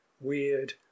weird